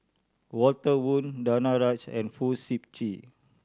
Walter Woon Danaraj and Fong Sip Chee